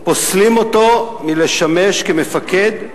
פוסלים אותו מלשמש כמפקד,